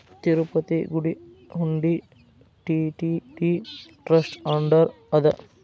ತಿರುಪತಿ ಗುಡಿ ಹುಂಡಿ TTD trust under ಅದ